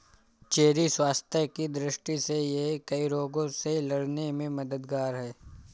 cherry स्वास्थ्य की दृष्टि से यह कई रोगों से लड़ने में मददगार है